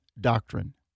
doctrine